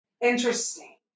interesting